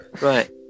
Right